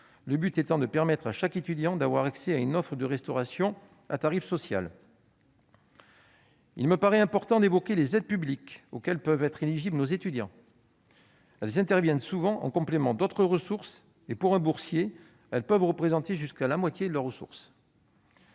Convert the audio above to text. le but est de permettre à chaque étudiant d'avoir accès à une offre de restauration à tarif social. Il me paraît important d'évoquer les aides publiques auxquelles peuvent être éligibles nos étudiants. Elles interviennent souvent en complément d'autres ressources, et peuvent représenter, pour un boursier, jusqu'à la moitié de ses ressources.